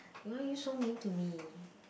why are you so mean to me